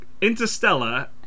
Interstellar